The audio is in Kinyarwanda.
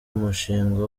umushinga